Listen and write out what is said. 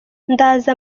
ndaza